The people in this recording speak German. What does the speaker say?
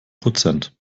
prozent